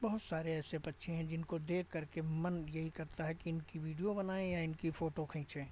बहुत सारे ऐसे पक्षी हैं जिनको देख करके मन यही करता है कि इनकी वीडियो बनाए या इनकी फोटो खींचे